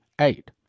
eight